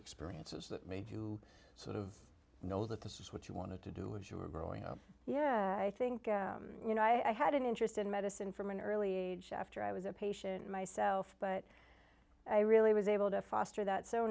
experiences that made you sort of know that this is what you wanted to do and you were growing up yeah i think you know i had an interest in medicine from an early age after i was a patient myself but i really was able to foster that so